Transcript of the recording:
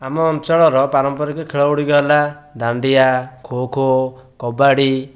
ଆମ ଅଞ୍ଚଳର ପାରମ୍ପରିକ ଖେଳ ଗୁଡ଼ିକ ହେଲା ଦାଣ୍ଡିଆ ଖୋଖୋ କବାଡ଼ି